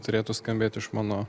turėtų skambėti iš mano